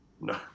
No